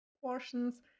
portions